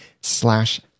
slash